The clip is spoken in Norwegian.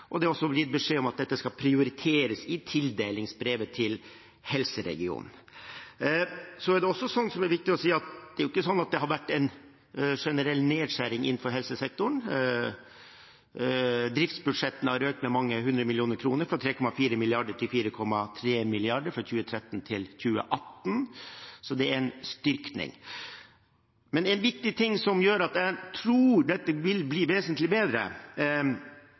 Det er også gitt beskjed om at dette skal prioriteres, i tildelingsbrevet til helseregionen. Det er viktig å si at det har jo ikke vært en generell nedskjæring innenfor helsesektoren – driftsbudsjettene har økt med mange hundre millioner kroner, fra 3,4 mrd. kr til 4,3 mrd. kr fra 2013 til 2018, så det er en styrking. Etter hvert som vi nå har lyktes med å fjerne fengselskøene – det er viktig å si at